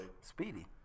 Speedy